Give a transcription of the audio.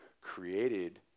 created